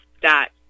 dot